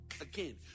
Again